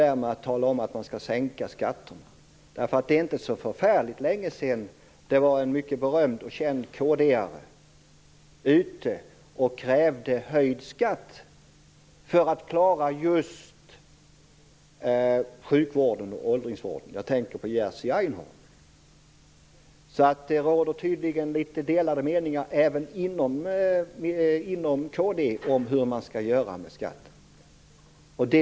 Det är ju inte så förfärligt länge sedan en berömd och känd kd:are gick ut och krävde höjd skatt just för att klara sjukvården och åldringsvården. Jag tänker på Jerzy Einhorn. Det råder tydligen litet delade meningar även bland Kristdemokraterna om hur man skall göra med skatterna.